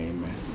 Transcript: Amen